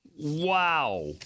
Wow